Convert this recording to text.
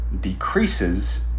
decreases